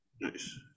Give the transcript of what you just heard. Nice